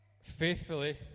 faithfully